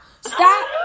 stop